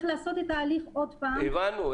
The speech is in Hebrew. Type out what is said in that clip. לעשות את התהליך עוד פעם --- הבנו,